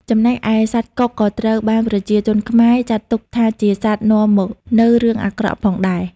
ចំណែកឯសត្វកុកក៏ត្រូវបានប្រជាជនខ្មែរ ចាត់ទុកថាជាសត្វនាំមកនៅរឿងអាក្រក់ផងដែរ។